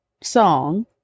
song